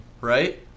right